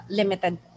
limited